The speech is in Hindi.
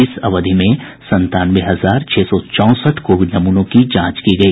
इस अवधि में संतानवे हजार छह सौ चौंसठ कोविड नमूनों की जांच की गई